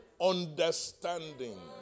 understanding